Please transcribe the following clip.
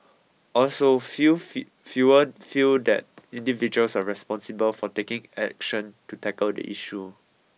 also few fewer feel that individuals are responsible for taking action to tackle the issue